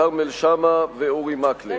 כרמל שאמה ואורי מקלב.